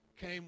came